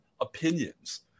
opinions